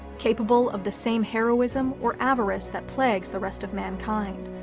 capable of the same heroism or avarice that plagues the rest of mankind.